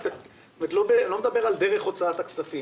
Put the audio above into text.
אני לא מדבר על דרך הוצאת הכסף.